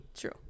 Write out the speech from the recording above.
True